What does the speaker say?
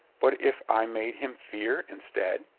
but if i made him fear instead?